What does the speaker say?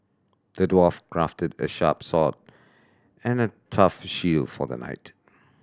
the dwarf crafted a sharp sword and a tough shield for the knight